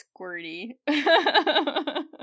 squirty